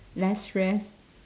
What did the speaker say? less stress